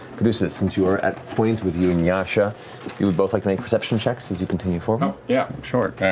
caduceus, since you are at point, with you and yasha, if you would both like to make perception checks as you continue forward. um yeah taliesin